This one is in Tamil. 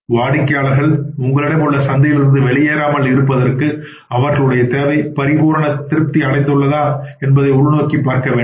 வாடிக்கையாளர்கள் உங்களிடம் உள்ள சந்தையிலிருந்து வெளியேறாமல் இருப்பதற்கு அவர்களுடைய தேவை பரிபூரண திருப்தி அடைந்து உள்ளதா என்பதை உள் நோக்கி பார்க்க வேண்டும்